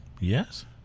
Yes